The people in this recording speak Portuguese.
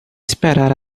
esperar